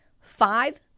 five